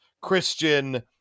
Christian